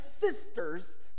sisters